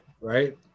right